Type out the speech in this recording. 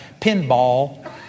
pinball